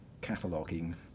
cataloguing